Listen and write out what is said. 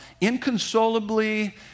inconsolably